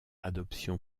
adoption